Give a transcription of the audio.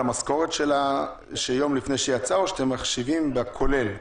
המשכורת שלה יום לפני שיצאה או שאתם מחשיבים כולל?